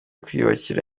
kwiyubakira